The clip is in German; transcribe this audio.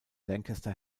lancaster